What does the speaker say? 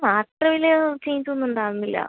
ആ അത്ര വലിയ ഫീസ് ഒന്നും ഉണ്ടാകുന്നില്ല